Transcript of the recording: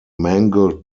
mangled